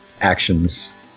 actions